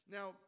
Now